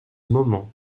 moment